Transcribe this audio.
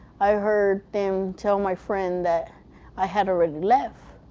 i heard them tell my friend that i had already left.